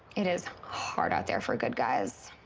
it is hard out there for good guys.